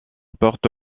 porte